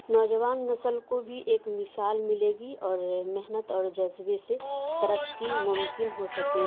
نوجوان نسل کو بھی ایک مثال ملے گی اور محنت اور جذبے سے ترقی ممکن ہو سکے